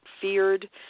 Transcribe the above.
feared